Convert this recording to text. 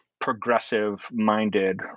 progressive-minded